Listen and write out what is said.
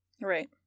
right